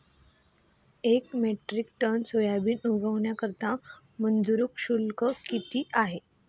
एक metric ton soybean उतरवण्याकरता मजूर शुल्क किती आहे?